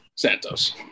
Santos